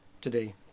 today